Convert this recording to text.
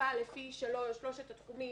החלוקה לפי שלושת התחומים,